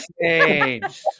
changed